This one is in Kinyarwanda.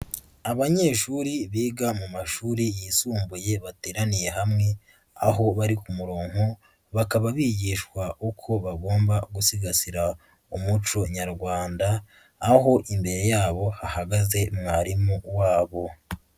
Abanyeshuri biga mu mashuri yisumbuye bateraniye hamwe, aho bari ku muronko bakaba bigishwa uko bagomba gusigasira umuco nyarwanda, aho imbere yabo hahagaze mwarimu wabo.